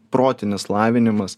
protinis lavinimas